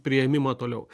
priėmimą toliau